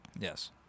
Yes